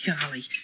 Golly